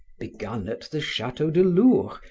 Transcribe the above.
begun at the chateau de lourps,